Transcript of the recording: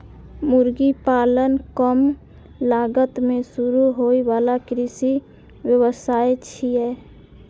मुर्गी पालन कम लागत मे शुरू होइ बला कृषि व्यवसाय छियै